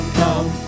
come